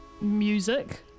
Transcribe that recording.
music